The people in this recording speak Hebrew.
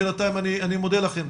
בינתיים אני מודה לכם,